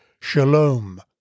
Shalom